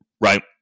right